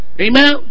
amen